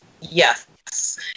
Yes